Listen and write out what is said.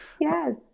Yes